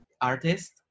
artist